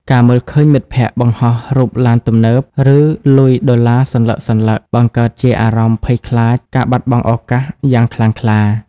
ការមើលឃើញមិត្តភក្តិបង្ហោះរូបឡានទំនើប ឬលុយដុល្លារសន្លឹកៗ បង្កើតជាអារម្មណ៍ភ័យខ្លាចការបាត់បង់ឱកាស យ៉ាងខ្លាំងក្លា។